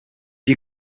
you